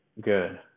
good